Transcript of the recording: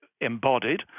embodied